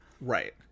Right